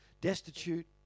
Destitute